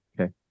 Okay